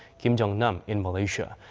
kim jong-nam, in malaysia.